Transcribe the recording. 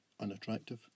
unattractive